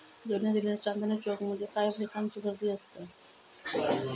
जुन्या दिल्लीत असलेल्या चांदनी चौक मध्ये कायम लिकांची गर्दी असता